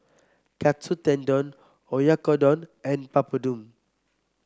Katsu Tendon Oyakodon and Papadum